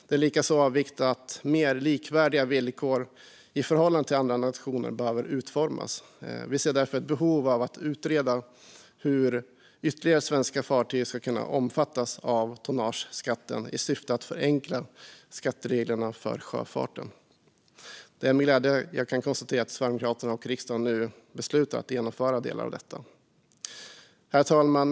Det är likaså av vikt att mer likvärdiga villkor i förhållande till andra nationer behöver utformas. Vi ser därför ett behov av att utreda hur ytterligare svenska fartyg ska kunna omfattas av tonnageskatten i syfte att förenkla skattereglerna för sjöfarten. Det är med glädje jag kan konstatera att Sverigedemokraterna och riksdagen nu har beslutat att genomföra delar av detta. Herr talman!